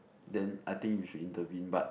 then I think you should intervene but